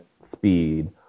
speed